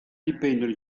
dipendono